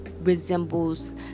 resembles